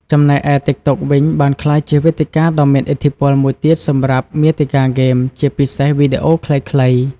ចំណែកឯ ទីកតុក វិញ បានក្លាយជាវេទិកាដ៏មានឥទ្ធិពលមួយទៀតសម្រាប់មាតិកាហ្គេម ជាពិសេសវីដេអូខ្លីៗ។